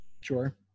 Sure